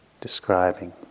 describing